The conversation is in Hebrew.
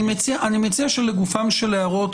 אני מציע שלגופן של הערות,